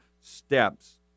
steps